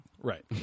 right